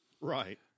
Right